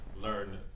learn